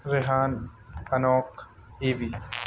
ریحان انوکھ ای وی